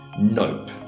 Nope